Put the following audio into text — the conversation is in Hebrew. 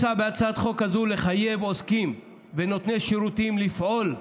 מוצע בהצעת החוק הזו לחייב עוסקים ונותני שירותים לפעול,